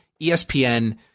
ESPN